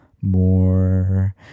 more